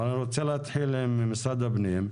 אני רוצה להתחיל עם משרד הפנים.